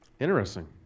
Interesting